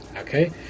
okay